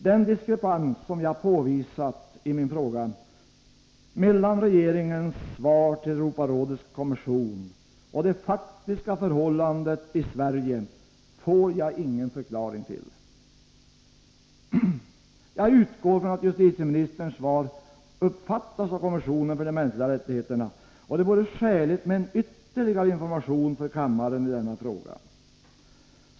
Den diskrepans som jag påvisat mellan regeringens svar till Europarådets kommission och det faktiska förhållandet i Sverige får jag ingen förklaring till. Jag utgår från att justitieministerns svar uppfattas av kommissionen för de mänskliga rättigheterna, och det vore skäligt med en ytterligare information för kammaren i denna fråga.